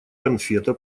конфета